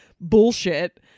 bullshit